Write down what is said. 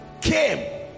came